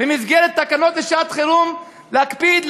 במסגרת תקנות לשעת-חירום להקפיד,